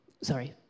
Sorry